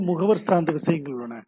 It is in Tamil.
ஒரு முகவர் சார்ந்த விஷயங்கள் உள்ளது